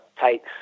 takes